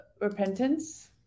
repentance